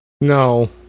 No